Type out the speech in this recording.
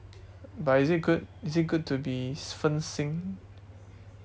but is it good is it good to be 分心